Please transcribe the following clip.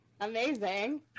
Amazing